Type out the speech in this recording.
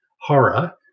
horror